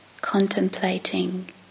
contemplating